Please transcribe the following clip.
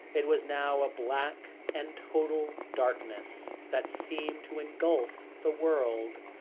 it was now a black and total darkness that seemed to engulf the world.